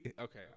Okay